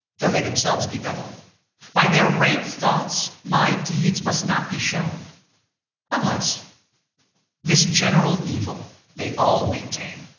though they themselves be bevel by their rank thoughts my deeds must not be shown unless this general evil they all maintain,